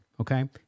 okay